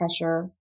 pressure